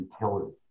utility